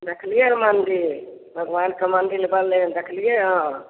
देखलियै हँ मन्दिल भगवानके मन्दिल बनलै हन देखलियै हँ